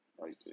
right